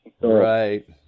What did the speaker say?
Right